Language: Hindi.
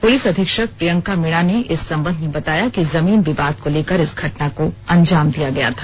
पुलिस अधीक्षक प्रियंका मीना ने इस संबंध में बताया कि जमीन विवाद को लेकर इस घटना को अंजाम दिया गया था